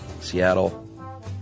Seattle